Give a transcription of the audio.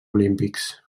olímpics